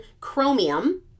chromium